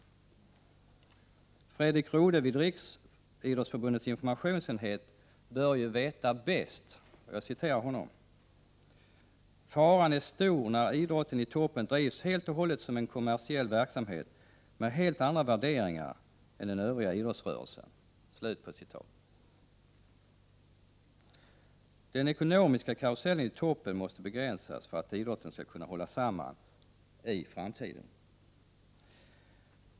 Jag citerar Fredrik Rodhe vid Riksidrottsförbundets informationsenhet, som ju bör veta bäst: ”Faran är stor när idrotten i toppen drivs helt och hållet som en kommersiell verksamhet med helt andra värderingar än den övriga idrottsrörelsen”. Den ekonomiska karusellen i toppen måste begränsas för att idrotten i framtiden skall kunna hållas samman.